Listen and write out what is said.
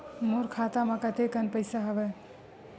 मोर खाता म कतेकन पईसा हवय?